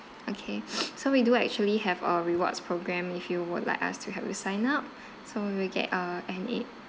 okay so we do actually have a rewards program if you would like us to help you sign up so you will get uh an